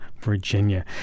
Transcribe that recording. Virginia